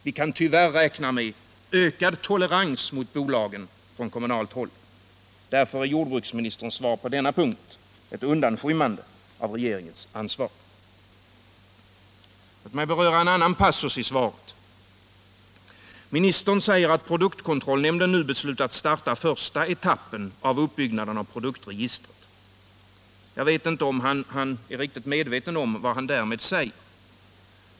Vi kan tyvärr räkna med ökad tolerans mot bolagen från kommunalt håll. Därför är jordbruksministerns svar på denna punkt ett undanskymmande av regeringens ansvar. Låt mig beröra en annan passus i svaret. Ministern säger att produkt kontrollnämnden nu beslutat att starta första etappen av uppbyggnaden Nr 7 av produktregistret. Jag vet inte om han är riktigt medveten om vad Torsdagen den han därmed säger.